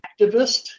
activist